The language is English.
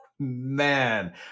man